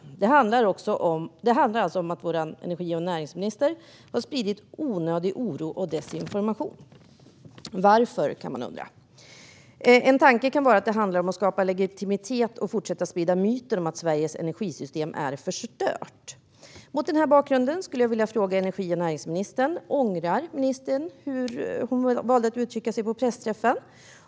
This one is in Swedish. Det handlar alltså om att vår energi och näringsminister har spridit onödig oro och desinformation. Man kan undra varför. En tanke kan vara att det handlar om att skapa legitimitet och fortsätta sprida myten att Sveriges energisystem är förstört. Mot den här bakgrunden skulle jag vilja fråga energi och näringsministern: Ångrar ministern hur hon valde att uttrycka sig på pressträffen?